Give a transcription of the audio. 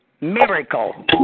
miracle